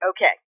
Okay